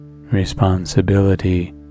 responsibility